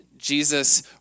jesus